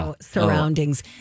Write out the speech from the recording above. surroundings